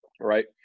right